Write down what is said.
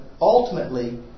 ultimately